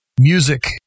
music